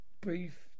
Brief